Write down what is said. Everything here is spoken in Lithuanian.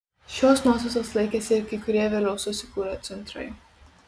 šios nuostatos laikėsi ir kai kurie vėliau susikūrę centrai